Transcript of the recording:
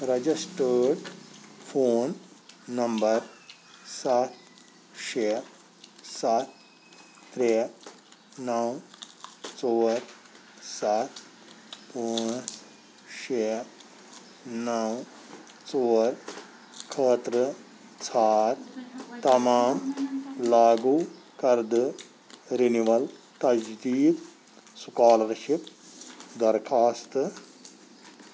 registered phone number سَتھ شیٚے سَتھ ترٛےٚ نو ژور سَتھ پانژھ شیٚے نو ژور خٲطرٕ ژھار تمام لاگو کردٕ رِنول تجدیٖد سُکالرشِپ درخواستہٕ